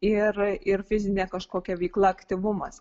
ir ir fizinė kažkokia veikla aktyvumas